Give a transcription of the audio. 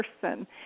person